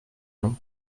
non